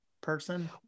person